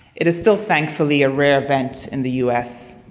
it is still thankfully a rare event in the us.